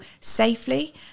safely